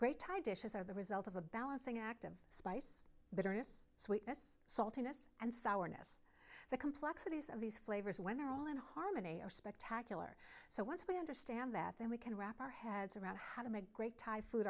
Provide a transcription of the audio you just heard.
great thai dishes are the result of a balancing act of spice bitterness sweetness saltiness and sour ness the complexities of these flavors when they're all in harmony are spectacular so once we understand that then we can wrap our heads around how to make great thai food